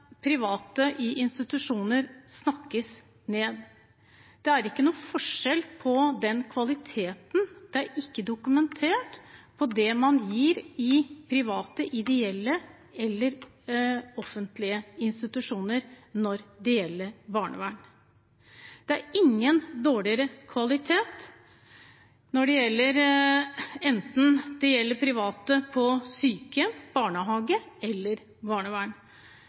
private i institusjoner snakkes ned. Det er ingen forskjell på kvaliteten – det er ikke dokumentert – på det man gir i private, ideelle og offentlige institusjoner, når det gjelder barnevern. Det er ingen dårligere kvalitet, enten det gjelder private på sykehjem, i barnehage eller i barnevern.